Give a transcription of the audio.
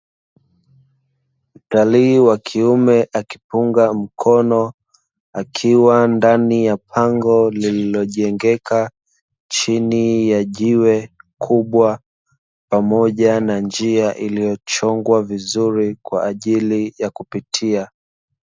Mtalii wa kiume akipunga mkono, akiwa ndani ya pango lililojengeka chini ya jiwe kubwa pamoja na njia iliyochongwa vizuri kwa ajili ya kupitia.